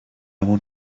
want